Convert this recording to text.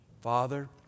Father